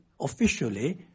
officially